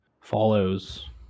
follows